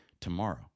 tomorrow